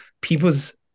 People's